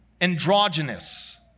androgynous